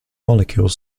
molecules